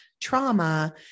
trauma